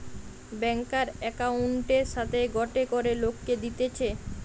ব্যাংকার একউন্টের সাথে গটে করে লোককে দিতেছে